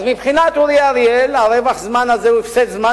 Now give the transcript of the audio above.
אז מבחינת אורי אריאל רווח הזמן הזה הוא הפסד זמן,